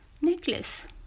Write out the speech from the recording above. necklace